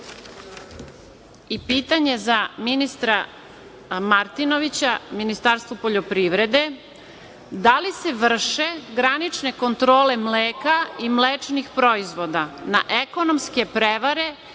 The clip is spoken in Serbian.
pitanje za ministra Martinovića, Ministarstvo poljoprivrede. Da li se vrše granične kontrole mleka i mlečnih proizvoda na ekonomske prevare